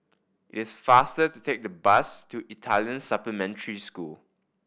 it's faster to take the bus to Italian Supplementary School